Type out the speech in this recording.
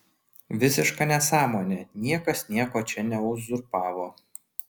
visiška nesąmonė niekas nieko čia neuzurpavo